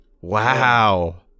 wow